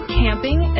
camping